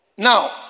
Now